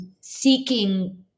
seeking